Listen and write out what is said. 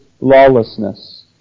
lawlessness